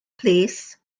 plîs